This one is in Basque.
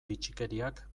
bitxikeriak